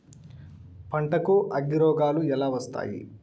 పంటకు అగ్గిరోగాలు ఎలా వస్తాయి?